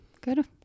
good